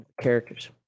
characters